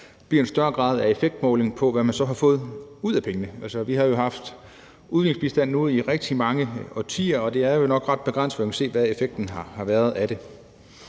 bliver en større grad af effektmåling af, hvad man så har fået ud af pengene. Altså, vi har jo haft udviklingsbistand nu i rigtig mange årtier, og det er nok ret begrænset, kan man se, hvad effekten har været af det.